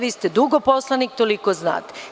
Vi ste dugo poslanik, toliko znate.